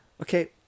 okay